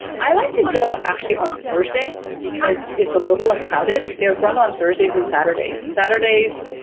i like to go actually on thursday because it's a little as crowded. they run on thursdays and saturdays. saturdays,